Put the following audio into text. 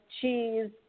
cheese